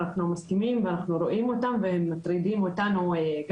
ואנחנו מסכימים ואנחנו רואים אותם והם מטרידים גם אותנו.